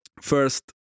First